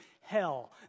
hell